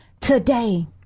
today